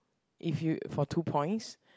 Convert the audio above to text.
if you for two points